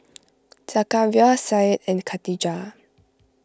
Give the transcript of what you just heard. Zakaria Syed and Katijah